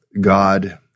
God